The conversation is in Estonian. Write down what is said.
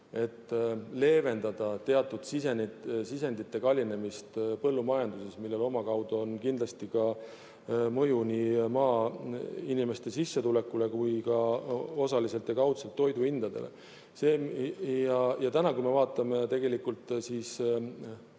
et leevendada teatud sisendite kallinemist põllumajanduses, millel on kindlasti mõju nii maainimeste sissetulekule kui ka osaliselt ja kaudselt toiduhindadele. Kui me vaatame tavadiisli